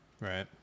Right